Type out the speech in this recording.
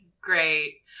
Great